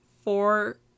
four